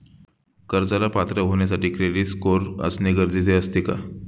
कर्जाला पात्र होण्यासाठी क्रेडिट स्कोअर असणे गरजेचे असते का?